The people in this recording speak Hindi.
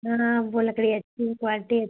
हाँ वो लकड़ी अच्छी है क्वालिटी अच्छी